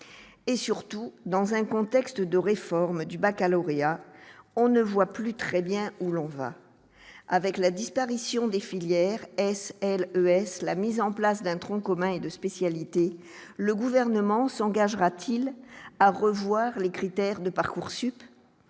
et surtout dans un contexte de réforme du Baccalauréat, on ne voit plus très bien où l'on va avec la disparition des filières S L, ES, la mise en place d'un tronc commun de spécialités, le gouvernement s'engagera-t-il à revoir les critères de Parcoursup